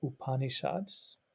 Upanishads